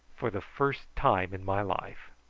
for the first time in my life.